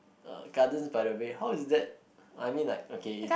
uh Gardens-by-the-Bay how is that I mean like okay if